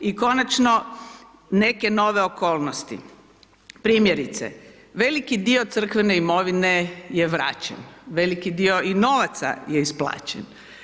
I konačno neke n ove okolnosti, primjerice, veliki dio crkvene imovine je vraćen, veliki dio i novaca je isplaćen.